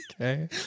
Okay